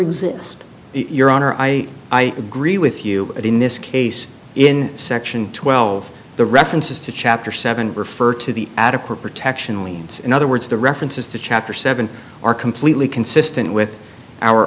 exist your honor i i agree with you but in this case in section twelve the references to chapter seven refer to the adequate protection leads in other words the references to chapter seven are completely consistent with our